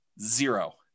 zero